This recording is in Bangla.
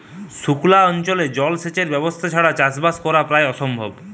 সুক্লা অঞ্চলে জল সেচের ব্যবস্থা ছাড়া চাষবাস করা প্রায় অসম্ভব